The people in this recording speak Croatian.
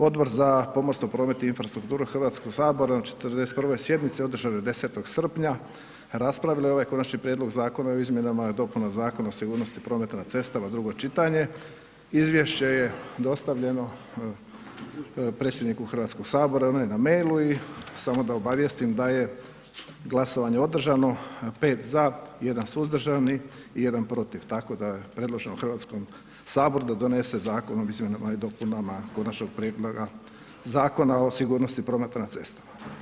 Odbor za pomorstvo, promet i infrastrukturu Hrvatskog sabora na 41. sjednici održanoj 10. srpnja raspravljao je ovaj Konačni prijedlog Zakona o izmjenama i dopunama Zakona o sigurnosti prometa na cestama, drugo čitanje, izvješće je dostavljeno predsjedniku Hrvatskog sabora, ono je na mailu i samo da obavijestim da je glasovanje održano, 5 za, 1 suzdržani i 1 protiv, tako da predlažemo Hrvatskom saboru da donese Zakon o izmjenama i dopunama konačnog prijedloga Zakona o sigurnosti prometa na cestama.